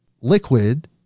liquid